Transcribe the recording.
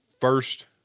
First